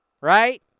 right